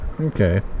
Okay